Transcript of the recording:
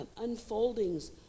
unfoldings